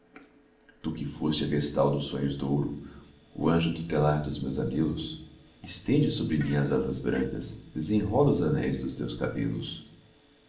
tu que foste a vestal dos sonhos douro o anjo tutelar dos meus anelos estende sobre mim as asas brancas desenrola os anéis dos teus cabelos